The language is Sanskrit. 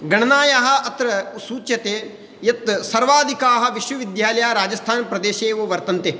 गणनायाः अत्र सूच्यते यत् सर्वाधिकाः विश्वविद्यालयाः राजस्थानप्रदेशे एव वर्तन्ते